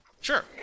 Sure